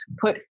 put